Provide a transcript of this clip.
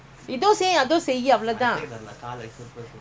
mm அதுசெய்யலாம்:athu seiyaalaam